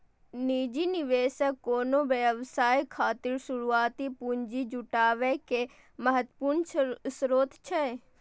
निजी निवेशक कोनो व्यवसाय खातिर शुरुआती पूंजी जुटाबै के प्रमुख स्रोत होइ छै